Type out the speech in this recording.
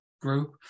group